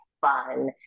fun